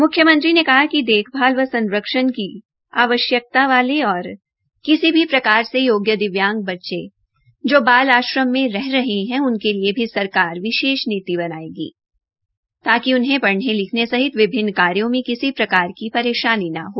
मुख्यमंत्री ने कहा कि देखभाल व संरक्ष्ण की आवश्क्ता वाले और किसी भी प्राकर से योग्य दिव्यांग बच्चे जो बाल आश्रम में रह रहे है उनके लिए भी सरकार विशेष नीति बनायेगी ताकि उन्हें पढ़ने लिखने सहित विभिन्न कायोर्ग में किसी प्रकार की परेशानी न हो